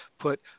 put